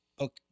okay